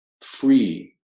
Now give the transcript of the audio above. free